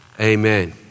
Amen